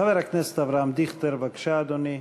חבר הכנסת אבי דיכטר, בבקשה, אדוני.